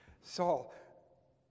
Saul